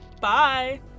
Bye